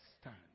stand